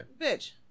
bitch